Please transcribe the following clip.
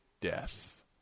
death